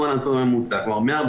זה הנתון הממוצע,